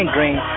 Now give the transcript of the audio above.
Green